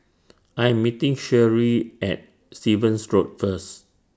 I Am meeting Sherree At Stevens Road First